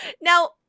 Now